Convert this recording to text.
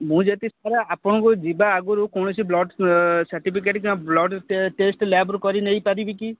ମୁଁ ଯେତିକି ଆପଣଙ୍କୁ ଯିବା ଆଗରୁ କୌଣସି ବ୍ଲଡ଼ ସାର୍ଟିଫିକେଟ୍ ବ୍ଲଡ଼ ଟେଷ୍ଟ ଲ୍ୟାବରୁ କରିକି ନେଇପାରିବି କି